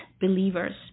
believers